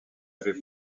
avait